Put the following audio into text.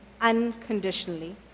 unconditionally